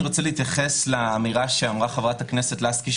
אני רוצה להתייחס לאמירה שאמרה חברת הכנסת לסקי,